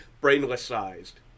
brainless-sized